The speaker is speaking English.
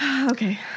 Okay